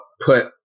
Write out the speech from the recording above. put